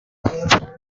the